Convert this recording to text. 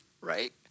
right